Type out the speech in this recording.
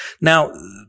Now